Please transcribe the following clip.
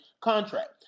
contract